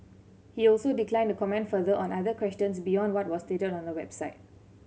he also declined to comment further on other questions beyond what was stated on the website